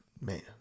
man